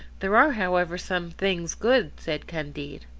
there are, however, some things good, said candide.